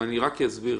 לא במצב שלכם.